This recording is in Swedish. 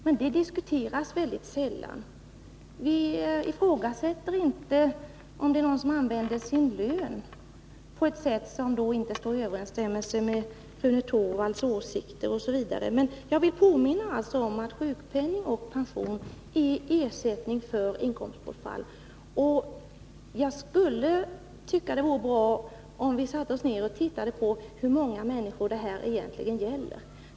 Men det diskuteras sällan. Vi ifrågasätter inte att någon kan använda sin Onsdagen den lön på ett sätt som inte står i överensstämmelse med t.ex. Rune Torwalds 24 november 1982 åsikter. Jag vill alltså påminna om att sjukpenning och pension är ersättning för inkomstbortfall. Jag tycker det vore bra om vi tog reda på hur många människor det här egentligen gäller.